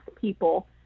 people